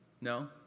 No